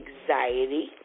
anxiety